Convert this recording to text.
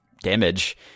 damage